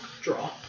Draw